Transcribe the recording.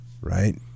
right